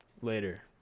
Later